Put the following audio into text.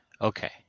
Okay